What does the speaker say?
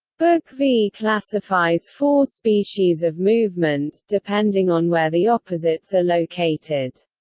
book v classifies four species of movement, depending on where the opposites are located.